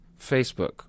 facebook